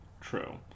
True